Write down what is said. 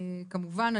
כמובן,